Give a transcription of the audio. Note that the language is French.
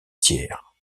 tiers